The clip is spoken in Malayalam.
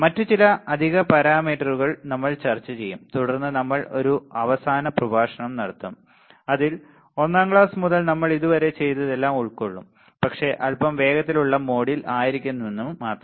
മറ്റ് ചില അധിക പാരാമീറ്ററുകൾ നമ്മൾ ചർച്ച ചെയ്യും തുടർന്ന് നമ്മൾ ഒരു അവസാന പ്രഭാഷണം നടത്തും അതിൽ ഒന്നാം ക്ലാസ് മുതൽ നമ്മൾ ഇതുവരെ ചെയ്തതെല്ലാം ഉൾക്കൊള്ളും പക്ഷേ അൽപ്പം വേഗത്തിലുള്ള മോഡിൽ ആയിരിക്കുമെന്ന് മാത്രം